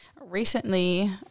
recently